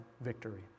victory